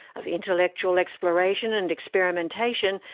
of intellectual exploration and experimentation,